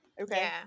Okay